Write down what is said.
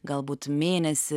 galbūt mėnesį